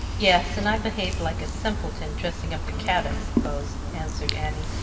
yes, and i behaved like a simpleton, dressing up the cat, i suppose, answered annie.